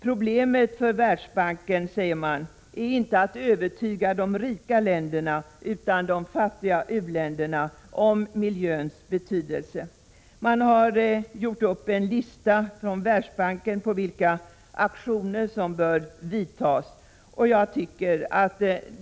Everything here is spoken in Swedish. Problemet för Världsbanken är, säger man, att övertyga inte de rika länderna utan de fattiga u-länderna om miljöns betydelse. Världsbanken har gjort upp en lista på aktioner som bör vidtas.